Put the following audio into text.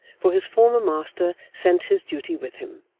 for his former master sent his duty with him,